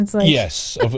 Yes